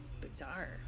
bizarre